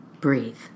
breathe